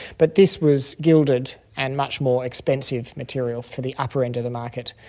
but this was gilded and much more expensive material for the upper end of the market.